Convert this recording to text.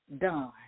done